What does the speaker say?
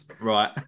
right